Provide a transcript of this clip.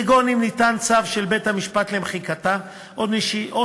כגון אם ניתן צו של בית-המשפט למחיקתה או